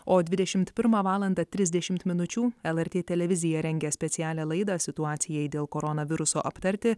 o dvidešimt pirmą valandą trisdešimt minučių lrt televizija rengia specialią laidą situacijai dėl koronaviruso aptarti